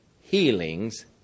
healings